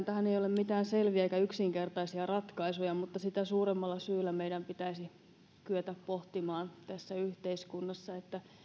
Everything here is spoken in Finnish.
tähän ei ole mitään selviä eikä yksinkertaisia ratkaisuja mutta sitä suuremmalla syyllä meidän pitäisi kyetä pohtimaan tässä yhteiskunnassa